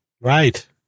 right